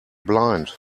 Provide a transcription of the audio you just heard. blind